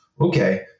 okay